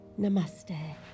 Namaste